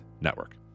Network